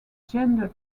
gender